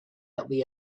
quietly